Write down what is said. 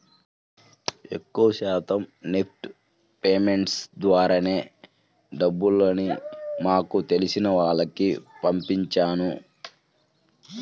ఎక్కువ శాతం NEFT payments ద్వారానే డబ్బుల్ని మాకు తెలిసిన వాళ్లకి పంపించాను